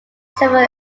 several